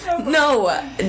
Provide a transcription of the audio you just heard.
No